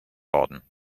worden